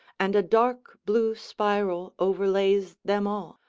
and a dark blue spiral overlays them all.